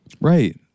right